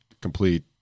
complete